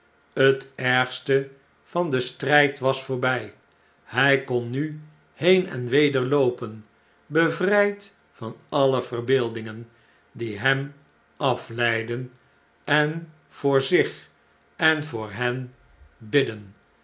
het ergste vandenstrijd was voorbij hy kon nu heen en weder loopen bevrjd van alle verbeeldingen die hem afleidden en voor zich en voor hen bidden